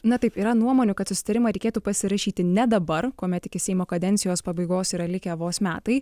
na taip yra nuomonių kad susitarimą reikėtų pasirašyti ne dabar kuomet iki seimo kadencijos pabaigos yra likę vos metai